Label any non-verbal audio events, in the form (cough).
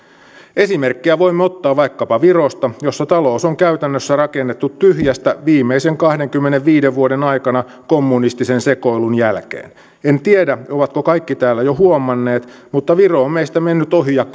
esimerkkiä voimme ottaa vaikkapa virosta jossa talous on käytännössä rakennettu tyhjästä viimeisen kahdenkymmenenviiden vuoden aikana kommunistisen sekoilun jälkeen en tiedä ovatko kaikki täällä jo huomanneet mutta viro on meistä mennyt ohi ja (unintelligible)